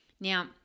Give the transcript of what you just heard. Now